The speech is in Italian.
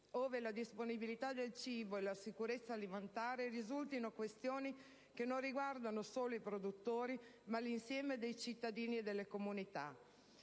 ove la disponibilità del cibo e la sicurezza alimentare risultino questioni che non riguardano solo i produttori, ma l'insieme dei cittadini e delle comunità.